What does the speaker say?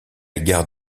gare